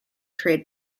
trade